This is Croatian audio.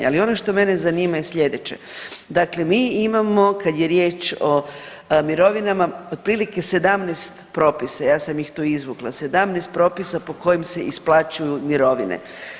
Ali ono što mene zanima je slijedeće, dakle mi imamo kad je riječ o mirovinama otprilike 17 propisa, ja sam ih tu izvukla, 17 propisa po kojim se isplaćuju mirovine.